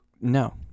no